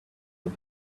but